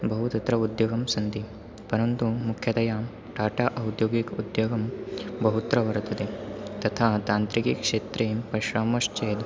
बहवः तत्र उद्योगाः सन्ति परन्तु मुख्यतया टाटा औद्योगिकम् उद्योगाः बहुत्र वर्तन्ते तथा तान्त्रिकक्षेत्रे पश्यामश्चेत्